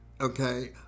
Okay